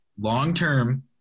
long-term –